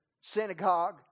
synagogue